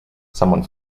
someone